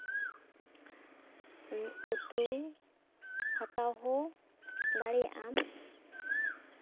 ᱩᱛᱩ ᱦᱟᱛᱟᱣ ᱦᱚᱸ ᱫᱟᱲᱮᱭᱟᱼᱜ ᱟᱢ